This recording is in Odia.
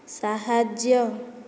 ସାହାଯ୍ୟ